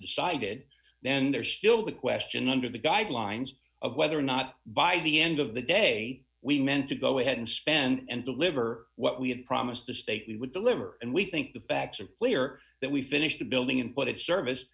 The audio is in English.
decided then there's still the question under the guidelines of whether or not by the end of the day we meant to go ahead and spend and deliver what we have promised the state we would deliver and we think the backs of lir that we finish the building and put it service